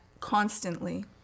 constantly